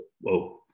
whoa